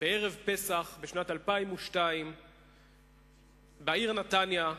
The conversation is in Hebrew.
בערב פסח בשנת 2002 בעיר נתניה,